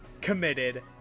committed